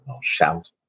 shout